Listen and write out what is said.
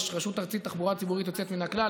יש רשות ארצית לתחבורה הציבורית יוצאת מן הכלל,